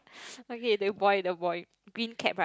okay the boy the boy green cap right